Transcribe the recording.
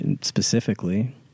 specifically